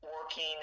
working